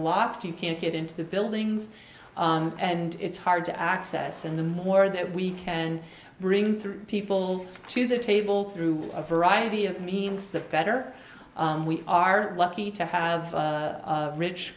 locked you can't get into the buildings and it's hard to access and the more that we can bring people to the table through a variety of means the better we are lucky to have a rich